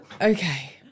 Okay